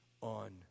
on